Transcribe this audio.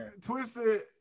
Twisted